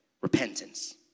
Repentance